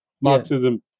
Marxism